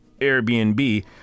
Airbnb